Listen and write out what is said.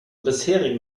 bisherigen